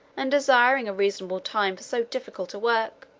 and desiring a reasonable time for so difficult a work,